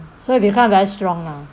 so you become very strong lah